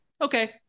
Okay